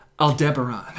Aldebaran